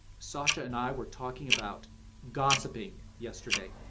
sasha and i were talking about gossiping yesterday,